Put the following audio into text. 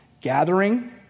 Gathering